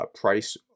price